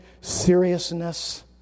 seriousness